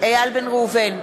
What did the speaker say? איל בן ראובן,